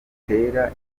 gitera